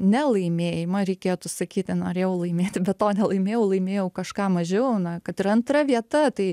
nelaimėjimą reikėtų sakyti norėjau laimėti be to nelaimėjau laimėjau kažką mažiau na kad ir antra vieta tai